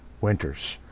Winters